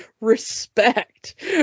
Respect